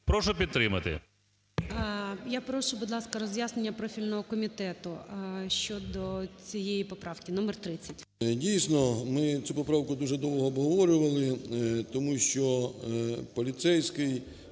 Я прошу, будь ласка, роз'яснення профільного комітету щодо цієї поправки номер 30. 13:03:18 ПАЛАМАРЧУК М.П. Дійсно ми цю поправку дуже довго обговорювали, тому що поліцейський